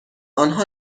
آنها